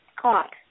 caught